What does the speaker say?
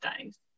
days